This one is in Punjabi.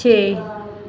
ਛੇ